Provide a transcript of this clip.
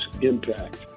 impact